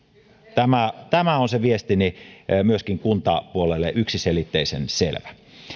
tämä tämä on se viestini myöskin kuntapuolelle yksiselitteisen selvä